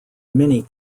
mini